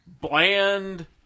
bland